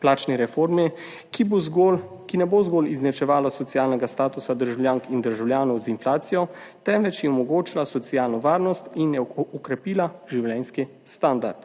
plačni reformi, ki ne bo zgolj izenačevala socialnega statusa državljank in državljanov z inflacijo, temveč jim omogočila socialno varnost in okrepila življenjski standard,